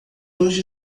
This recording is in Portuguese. hoje